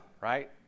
Right